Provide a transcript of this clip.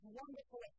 wonderful